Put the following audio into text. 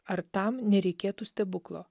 ar tam nereikėtų stebuklo